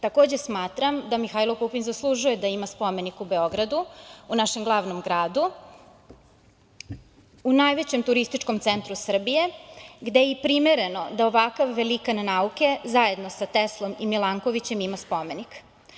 Takođe smatram da Mihajlo Pupin zaslužuje da ima spomenik u Beogradu, u našem glavnom gradu, u najvećem turističkom centru Srbije, gde je i primereno da ovakav velikan nauke, zajedno sa Teslom, i Milankovićem ima spomenik.